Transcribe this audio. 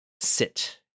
sit